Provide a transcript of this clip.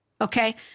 Okay